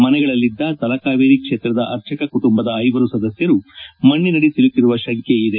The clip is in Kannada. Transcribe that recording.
ಮನೆಗಳಲ್ಲಿದ್ದ ತಲಕಾವೇರಿ ಕ್ಷೇತ್ರದ ಅರ್ಚಕ ಕುಟುಂಬದ ಐವರು ಸದಸ್ಯರು ಮಣ್ಣಿನಡಿ ಸಿಲುಕಿರುವ ಶಂಕೆ ಇದೆ